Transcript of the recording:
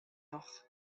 noch